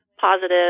positive